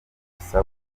gusa